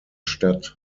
stadt